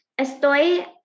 estoy